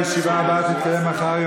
הישיבה הבאה תתקיים מחר,